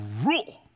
rule